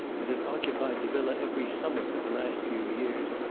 and had occupied the villa every summer for the last few years,